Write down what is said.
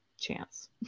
chance